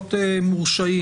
בזכויות מורשעים.